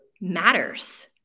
matters